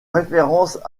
référence